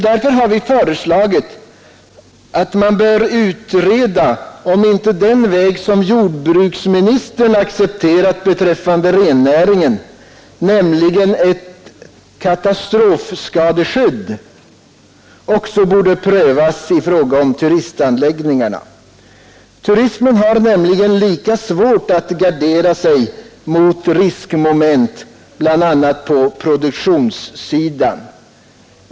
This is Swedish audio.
Därför har vi föreslagit att man bör utreda om inte den väg som jordbruksministern accepterat beträffande rennäringen, nämligen ett katastrofskadeskydd, också borde prövas i fråga om turistanläggningarna. Turismen har nämligen lika svårt att gardera sig mot riskmoment bl.a. på produktionssidan.